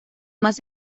más